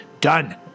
done